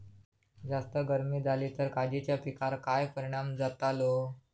जास्त गर्मी जाली तर काजीच्या पीकार काय परिणाम जतालो?